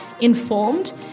informed